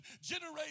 generate